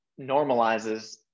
normalizes